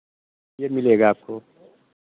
ये मिलेगा आपको